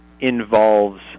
involves